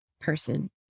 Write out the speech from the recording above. person